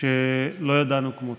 שלא ידענו כמותו.